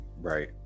right